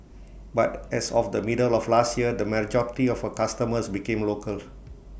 but as of the middle of last year the majority of her customers became local